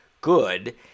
good